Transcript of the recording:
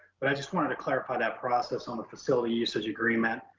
but i just wanted to clarify that process on a facility usage agreement.